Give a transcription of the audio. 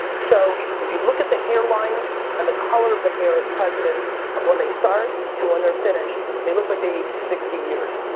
so, if you look at the hairlines and the color of the hair of presidents, of when they start to when they're finished, they looked like they aged sixty years.